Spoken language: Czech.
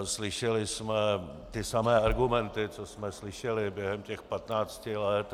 Slyšeli jsme ty samé argumenty, co jsme slyšeli během těch 15 let.